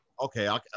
okay